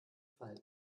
falten